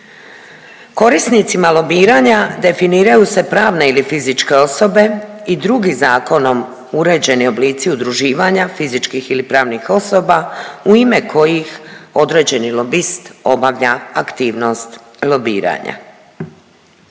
Korisnicima lobiranja definiraju se pravne ili fizičke osobe i drugi zakonom uređeni oblici udruživanja fizičkih ili pravnih osoba u ime kojih određeni lobist obavlja aktivnost lobiranja.